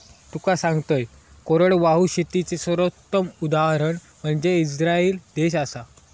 तुका सांगतंय, कोरडवाहू शेतीचे सर्वोत्तम उदाहरण म्हनजे इस्राईल देश आसा